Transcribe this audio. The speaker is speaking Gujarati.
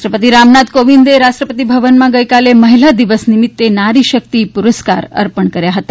રાષ્ટ્રપતિ રામનાથ કોવિંદે રાષ્ટ્રપતિ ભવનમાં ગઇકાલે મહિલા દિવસ નિમિત્તે નારીશક્તિ પુરસ્કાર અર્પણ કર્યા હતા